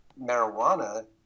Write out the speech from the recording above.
marijuana